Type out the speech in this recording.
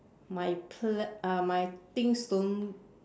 my plan uh my things don't